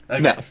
No